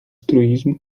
truizm